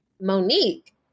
Monique